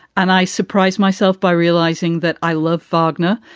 and i surprised myself by realizing that i love fogger.